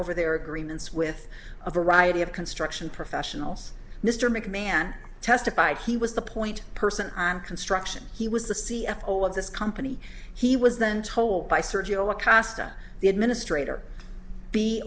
over their agreements with a variety of construction professionals mr mcmahon testified he was the point person on construction he was the c f o of this company he was then told by sergio acosta the administrator be